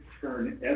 turn